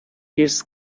its